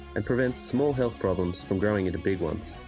and prevent small health problems from growing into big ones.